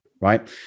Right